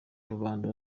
rubanda